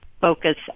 focus